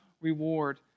reward